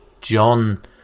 John